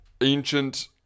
ancient